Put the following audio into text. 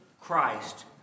Christ